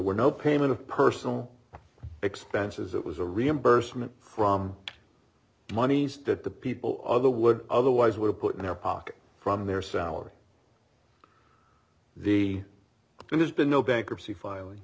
were no payment of personal expenses it was a reimbursement from monies that the people other would otherwise were put in their pocket from their salary the two there's been no bankruptcy filing